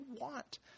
want